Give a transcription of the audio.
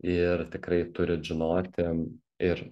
ir tikrai turit žinoti ir